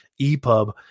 EPUB